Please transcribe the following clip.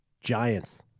Giants